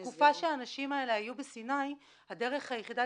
-- כי בתקופה שהאנשים האלה היו בסיני הדרך היחידה